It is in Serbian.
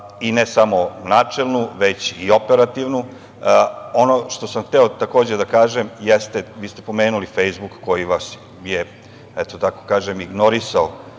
i ne samo načelnu, već i operativnu. Ono što sam hteo takođe da kažem jeste, vi ste pomenuli Fejsbuk koji vas je ignorisao